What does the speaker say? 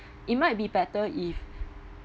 it might be better if